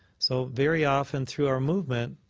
so very often through our movement,